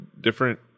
different